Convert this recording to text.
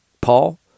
Paul